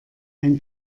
ein